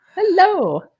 Hello